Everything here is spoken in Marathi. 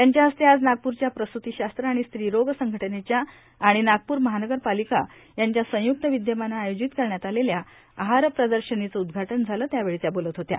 त्यांच्या हस्ते आज नागप्रख्या प्रस्रतीशास्त्र आणि स्त्री रोग संघटनेच्या आणि नागप्र महानगर पालिका यांच्या संय्रक्त विद्यमानं आयोजित करण्यात आलेल्या आहार प्रदर्शनीचं उद्घाटन झालं त्यावेळी त्या बोलत होत्या